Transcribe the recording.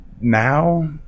now